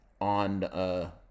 on